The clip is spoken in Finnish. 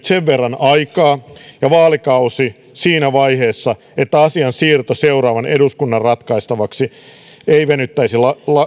sen verran aikaa ja vaalikausi on siinä vaiheessa että asian siirto seuraavan eduskunnan ratkaistavaksi ei venyttäisi